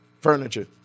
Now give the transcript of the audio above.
furniture